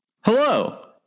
Hello